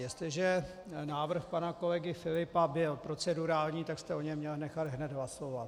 Jestliže návrh pana kolegy Filipa byl procedurální, tak jste o něm měl nechat hned hlasovat.